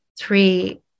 three